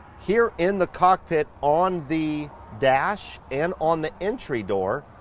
here in the cockpit on the dash and on the entry door,